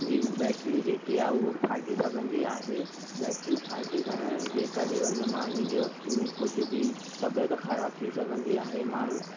जी battery जेकी आहे हूअ फ़ाटी सघंदी आहे बैटरी फ़ाटी करण जे करे हुन माण्हू जो कुझु बि तबियतु ख़राब थी सघंदी आहे माण्हू